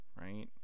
right